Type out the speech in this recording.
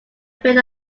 fit